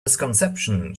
misconception